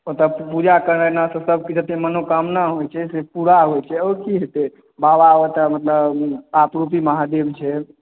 तब तऽ पूजा करेनाइसँ सब किछु मनोकामना सब पुरा होइ छै और की हेतै सारा ओतऽ आपरूपी महादेव छथि